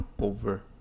over